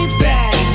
back